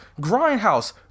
Grindhouse